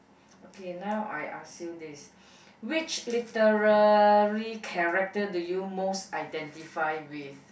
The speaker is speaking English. okay now I ask you this which literally character do you most identify with